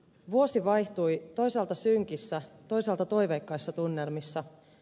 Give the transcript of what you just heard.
vuosi vaihtui toisaalta synkissä toisaalta toiveikkaissa tunnelmissa